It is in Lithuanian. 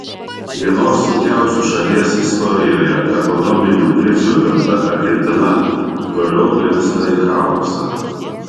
vienos sunkiausių šalies istorijoje ekonominių krizių apimta argentina toliau grimzta į chaosą